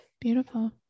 Beautiful